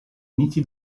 uniti